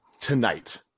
tonight